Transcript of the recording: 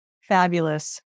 fabulous